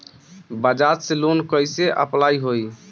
बजाज से लोन कईसे अप्लाई होई?